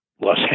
Los